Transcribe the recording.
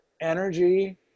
energy